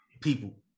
people